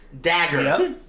Dagger